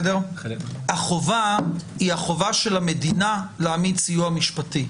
החובה היא החובה של המדינה להעמיד סיוע משפטי.